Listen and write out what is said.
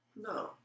No